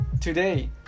today